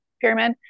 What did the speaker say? pyramid